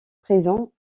présents